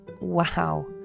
Wow